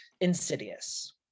insidious